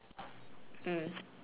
mm